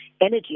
energy